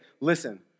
listen